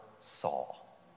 Saul